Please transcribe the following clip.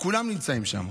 כולם נמצאים שם.